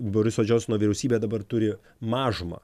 boriso džonsono vyriausybė dabar turi mažumą